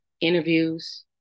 interviews